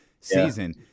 season